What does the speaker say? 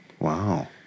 Wow